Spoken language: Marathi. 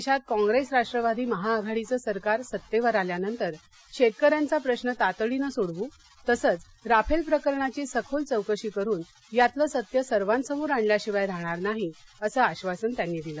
देशात कॉंग्रेस राष्ट्रवादी महाआघाडीचं सरकार सत्तेवर आल्यानंतर शेतकऱ्यांचा प्रश्र तातडीने सोडवू तसच राफेल प्रकरणाची सखोल चौकशी करून यातलं सत्य सर्वांसमोर आणल्याशिवाय राहणार नाही असं आश्वासन त्यांनी दिलं